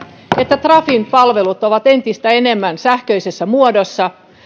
että trafin palvelut ovat entistä enemmän sähköisessä muodossa